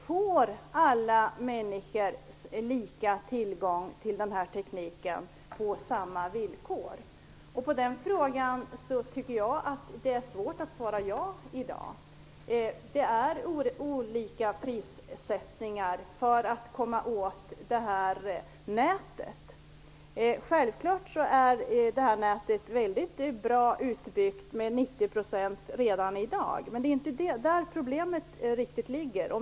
Får alla människor tillgång till den här tekniken på samma villkor? På den frågan tycker jag att det är svårt att svara ja i dag. Priset för att komma åt nätet har satts olika. Självklart är nätet väldigt bra utbyggt, med 90 % redan i dag. Men det är inte riktigt där problemet ligger.